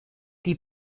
die